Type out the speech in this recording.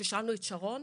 ששאלנו את שרון,